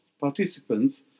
participants